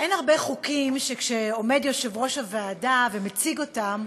אין הרבה חוקים שכשעומד יושב-ראש הוועדה ומציג אותם,